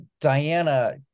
Diana